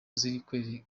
ziri